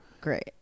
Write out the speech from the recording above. Great